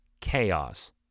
chaos